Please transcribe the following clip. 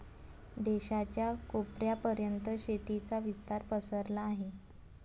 देशाच्या कोपऱ्या पर्यंत शेतीचा विस्तार पसरला आहे